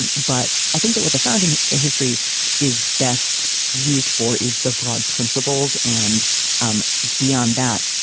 and but i think that what the founding history is best used for is the broad principles. and um beyond that,